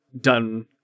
done